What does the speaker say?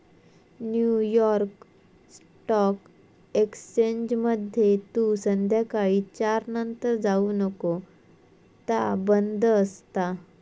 new York stock एक्सचेंजमध्ये तू संध्याकाळी चार नंतर जाऊ नको ता बंद असता